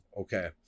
okay